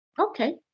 okay